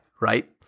right